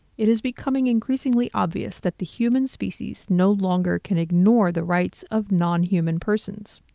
it is becoming increasingly obvious that the human species no longer can ignore the rights of non-human persons.